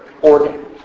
organ